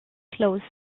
closed